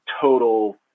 total